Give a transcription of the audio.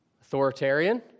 authoritarian